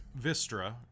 Vistra